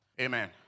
Amen